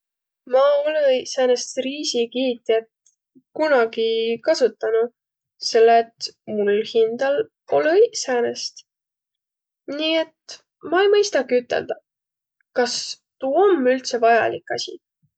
Ma olõ-i säänest riisikiitjät kunagi kasutanu, selle et mul hindäl olõ õiq säänest. Nii et ma-i mõistaki üteldäq, kas tuu om üldse vajalik asi.